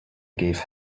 gave